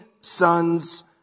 sons